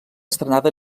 estrenada